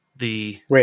Wait